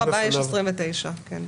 יש 29 בפברואר.